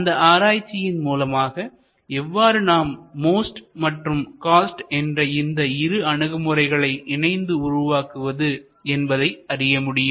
அந்த ஆராய்ச்சியின் மூலமாக எவ்வாறு நாம் MOST மற்றும் COST என்ற இந்த இரு அணுகுமுறைகளை இணைந்து உருவாக்குவது என்பதை அறிய முடியும்